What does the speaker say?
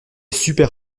super